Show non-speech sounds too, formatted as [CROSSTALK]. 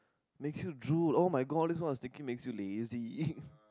makes you drool [oh]-my-god all this while I was thinking makes you lazy [LAUGHS]